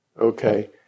Okay